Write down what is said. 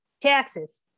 taxes